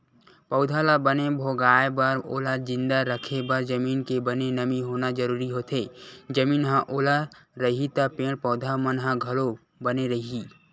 पउधा ल बने भोगाय बर ओला जिंदा रखे बर जमीन के बने नमी होना जरुरी होथे, जमीन ह ओल रइही त पेड़ पौधा मन ह घलो बने रइही